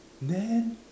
then